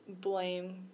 blame